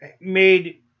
made